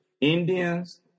Indians